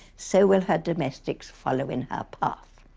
so will her domestics follow in her path.